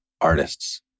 artists